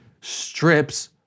strips